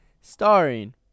starring